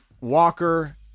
Walker